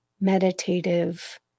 meditative